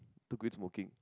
to quit smoking